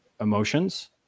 emotions